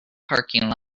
parking